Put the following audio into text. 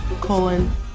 colon